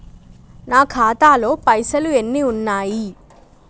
నా ఖాతాలో పైసలు ఎన్ని ఉన్నాయి?